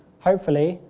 hopefully,